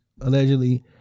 allegedly